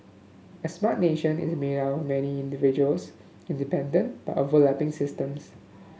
a Smart Nation is made up many individuals independent but overlapping systems